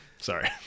Sorry